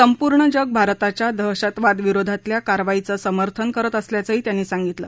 संपूर्ण जग भारताच्या दहशतवाद विरोधातल्या कारवाईचं समर्थन करत असल्याचंही त्यांनी सांगितलं